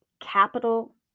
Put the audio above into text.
Capital